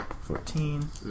fourteen